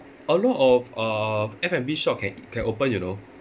a lot of uh F and B shop can can open you know